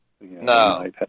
no